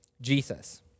Jesus